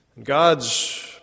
God's